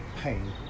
pain